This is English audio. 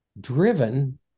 driven